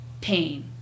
pain